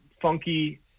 funky